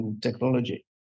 technology